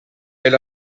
elle